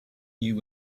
new